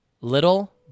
Little